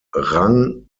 rang